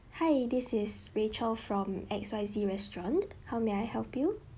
hi this is rachel from X Y Z restaurant how may I help you